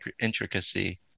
intricacy